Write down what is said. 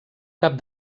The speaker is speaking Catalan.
cap